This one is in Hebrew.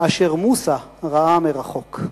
אשר מוסא ראה מרחוק".